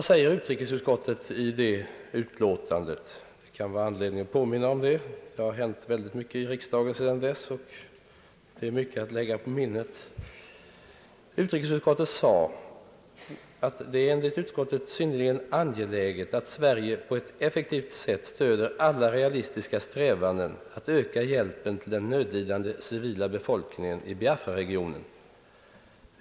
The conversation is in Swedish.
Det kan vara anledning att påminna om vad utrikesutskottet säger i sitt utlåtande nr 1, eftersom det hänt väldigt mycket i riksdagen sedan dess och det med andra ord finns mycket att lägga på minnet. Så här sade utskottet: »Det är enligt utskottet synnerligen angeläget att Sverige på ett effektivt sätt stöder alla realistiska strävanden att öka hjälpen till den nödlidande civila befolkningen i Biafra-regionen.